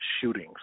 shootings